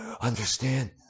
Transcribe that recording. Understand